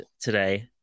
today